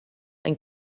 and